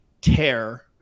tear